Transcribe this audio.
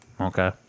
Okay